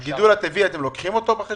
--- את הגידול הטבעי אתם לוקחים בחשבון?